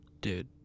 dude